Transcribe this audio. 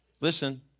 Listen